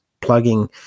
plugging